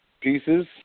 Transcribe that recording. pieces